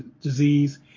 disease